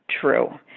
true